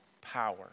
power